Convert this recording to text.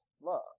love